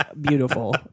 beautiful